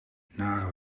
naar